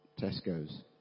Tesco's